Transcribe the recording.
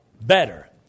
better